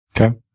Okay